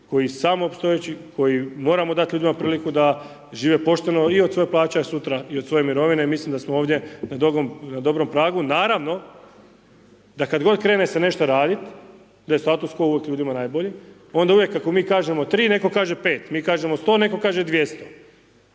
koji je samoopstojeći koji moramo dati ljudima priliku da žive pošteno i od svoje plaće, a sutra i od svoje mirovine mislim da smo ovdje na dobrom pragu. Naravno da kad god se krene nešto radit da je status quo uvijek ljudima najbolji onda uvijek kako mi kažemo 3 neko kaže 5, mi kažemo 100 neko kaže 200, a to